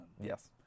Yes